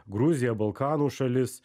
gruziją balkanų šalis